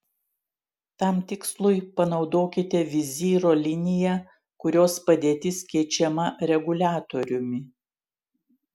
tam tikslui panaudokite vizyro liniją kurios padėtis keičiama reguliatoriumi